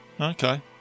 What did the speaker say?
Okay